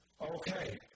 Okay